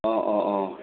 অঁ অঁ অঁ